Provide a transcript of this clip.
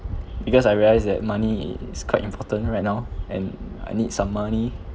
because I realised that money i~ is quite important right now and I need some money